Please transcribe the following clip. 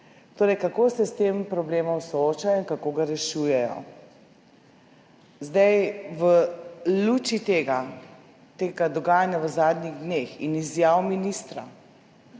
Torej, kako se s tem problemom soočajo in kako ga rešujejo. V luči tega dogajanja v zadnjih dneh in izjav ministra